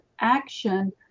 action